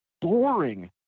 boring